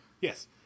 Yes